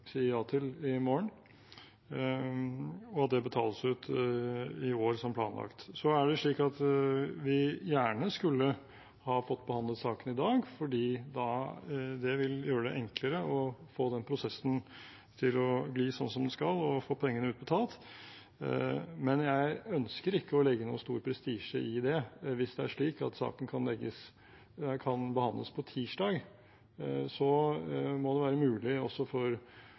vil gjøre det enklere å få den prosessen til å bli sånn som den skal, og få pengene utbetalt, men jeg ønsker ikke å legge noen stor prestisje i det. Hvis det er slik at saken kan behandles på tirsdag, må det være mulig også for